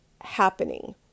happening